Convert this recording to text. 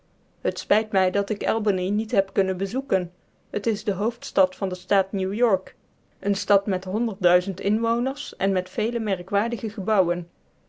het spijt mij dat ik albany niet heb kunnen bezoeken t is de hoofdstad van den staat new-york eene stad met inwoners en met vele merkwaardige gebouwen